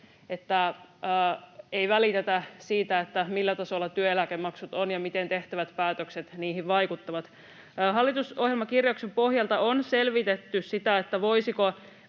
että ei välitetä siitä, millä tasolla työeläkemaksut ovat ja miten tehtävät päätökset niihin vaikuttavat. Hallitusohjelmakirjauksen pohjalta on selvitetty sitä, voisiko